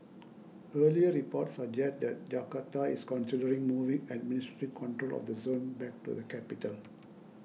earlier reports suggest that Jakarta is considering moving administrative control of the zone back to the capital